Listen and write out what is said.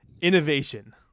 Innovation